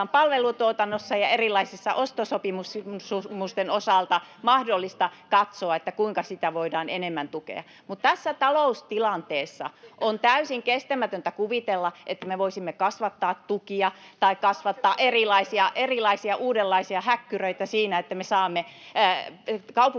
kysymykseen!] ja erilaisten ostosopimusten osalta mahdollista katsoa, kuinka niitä voidaan enemmän tukea. Mutta tässä taloustilanteessa on täysin kestämätöntä kuvitella, että me voisimme kasvattaa tukia tai kasvattaa erilaisia uudenlaisia häkkyröitä siinä, että me saamme kaupunkien